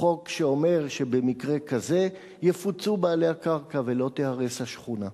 חוק שאומר שבמקרה כזה יפוצו בעלי הקרקע ולא תיהרס השכונה.